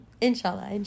inshallah